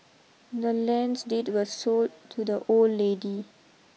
the land's deed was sold to the old lady